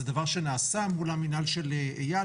זה דבר שנעשה מול המינהל של אייל,